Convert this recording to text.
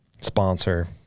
Sponsor